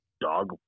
dog